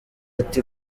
ati